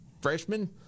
freshman